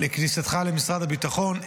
על כניסתך למשרד הביטחון.